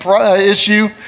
issue